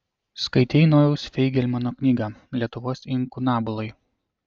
skaitei nojaus feigelmano knygą lietuvos inkunabulai